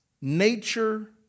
nature